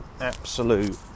absolute